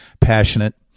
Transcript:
passionate